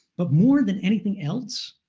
but more than anything else,